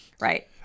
Right